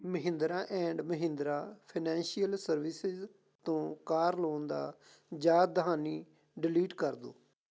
Mahindra and Mahindra financial services ਤੋਂ car loan ਦਾ ਯਾਦ ਦਹਾਨੀ ਡਿਲੀਟ ਕਰ ਦਿਓ